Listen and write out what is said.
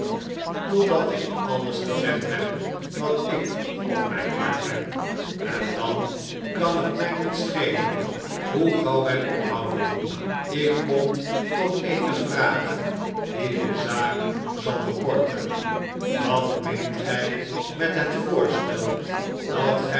totdat ik alles gezegd heb wat ik op mijn hart heb en dan kan het mij niet schelen hoe gauw wij ophouden ik kom tot eene vraag die de zaak zal bekorten wat meent gij met het voorstel dat